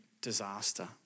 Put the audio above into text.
disaster